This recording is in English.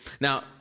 Now